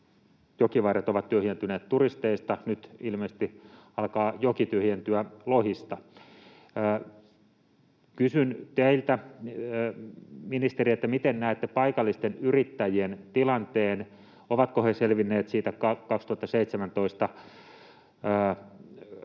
jokivarret ovat tyhjentyneet turisteista; nyt ilmeisesti alkaa joki tyhjentyä lohista. Kysyn teiltä, ministeri, miten näette paikallisten yrittäjien tilanteen. Ovatko he selvinneet vuoden 2017